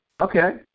Okay